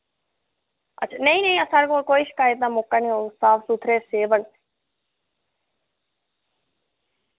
अच्छा नेईं नेईं साढ़े कोल कोई शिकायत दा मौका नी होग साफ सुथरे सेब न